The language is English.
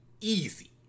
easy